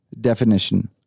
definition